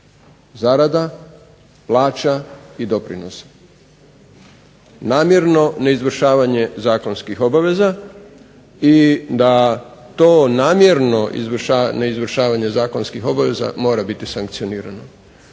zarada, plaća i doprinosa. Namjerno ne izvršavanje zakonskih obaveza i da to namjerno neizvršavanje zakonskih obaveza mora biti sankcionirano.